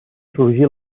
sorgí